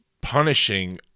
punishing